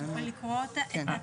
אם תוכלי לקרוא את התיקונים.